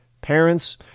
Parents